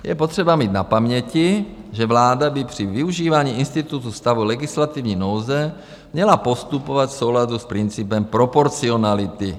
Je potřeba mít na paměti, že vláda by při využívání institutu stavu legislativní nouze měla postupovat v souladu s principem proporcionality.